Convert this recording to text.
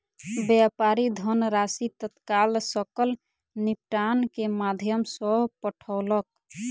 व्यापारी धनराशि तत्काल सकल निपटान के माध्यम सॅ पठौलक